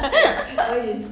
!wah! so lazy eh